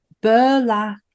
Burlap